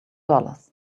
dollars